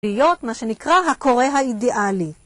להיות מה שנקרא הקורא האידיאלי